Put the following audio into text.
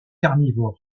carnivores